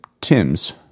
Tim's